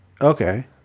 Okay